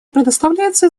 предоставляется